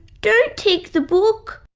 don't take the book!